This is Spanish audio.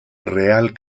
real